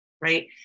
right